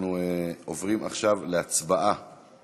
אנחנו עוברים עכשיו להצבעה